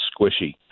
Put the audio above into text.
squishy